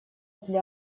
для